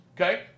okay